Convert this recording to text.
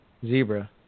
zebra